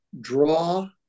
draw